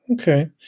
Okay